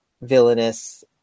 villainous